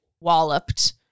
walloped